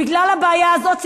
בגלל הבעיה הזאת,